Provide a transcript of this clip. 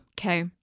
Okay